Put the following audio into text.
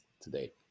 today